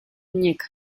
muñeca